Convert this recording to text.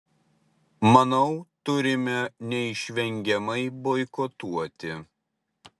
manau turime neišvengiamai boikotuoti